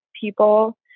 people